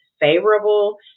favorable